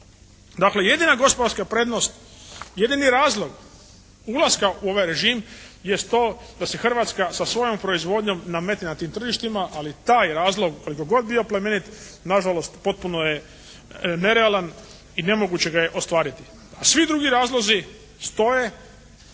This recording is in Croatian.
Dakle jedina gospodarska prednost, jedini razlog ulaska u ovaj režim jest to da se Hrvatska sa svojom proizvodnjom nametne na tim tržištima, ali taj razlog koliko god bio plemenit nažalost potpuno je nerealan i nemoguće ga je ostvariti. A svi drugi razlozi stoje,